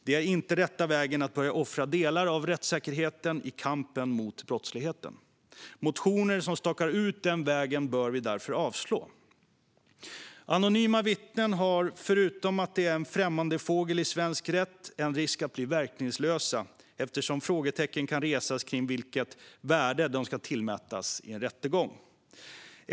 Det är inte den rätta vägen att börja offra delar av rättssäkerheten i kampen mot brottsligheten. Motioner som stakar ut den vägen bör vi därför avslå. Anonyma vittnen har förutom att de är en främmande fågel i svensk rätt en risk att bli verkningslösa eftersom frågetecken kan resas kring vilket värde de ska tillmätas i en rättegång.